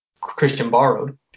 Christian-borrowed